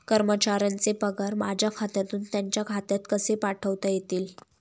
कर्मचाऱ्यांचे पगार माझ्या खात्यातून त्यांच्या खात्यात कसे पाठवता येतील?